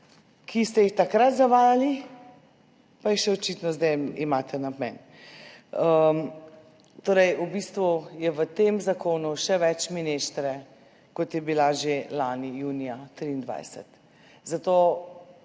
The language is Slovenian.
ki ste jih takrat zavajali, pa jih imate očitno še zdaj namen. Torej, v bistvu je v tem zakonu še več mineštre, kot je bila že lani junija, leta